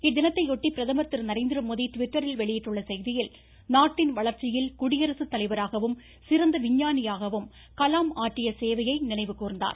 இத்தினத்தையொட்டி பிரதமர் திரு நரேந்திரமோடி ட்விட்டரில் வெளியிட்டுள்ள செய்தியில் நாட்டின் வளர்ச்சியில் குடியரசு தலைவராகவும் சிறந்த விஞ்ஞானியாகவும் கலாம் ஆற்றிய சேவையை நினைவு கூர்ந்தார்